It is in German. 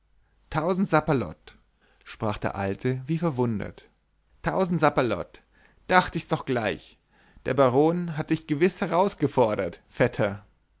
tausend sapperlot sprach der alte wie verwundert tausend sapperlot dacht ich's doch gleich der baron hat dich gewiß herausgefordert vetter